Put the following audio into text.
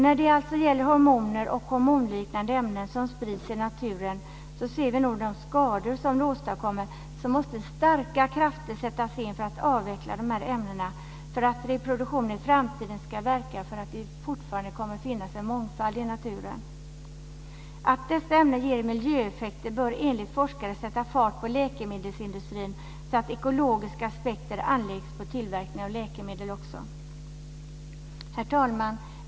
När det gäller hormoner och hormonliknande ämnen som sprids i naturen och när vi nu ser de skador som de åstadkommer måste starka krafter sättas in för att avveckla dessa ämnen; detta för att reproduktionen i framtiden ska verka för fortsatt mångfald i naturen. Att dessa ämnen ger miljöeffekter bör enligt forskare sätta fart på läkemedelsindustrin så att ekologiska aspekter anläggs också på tillverkningen av läkemedel. Herr talman!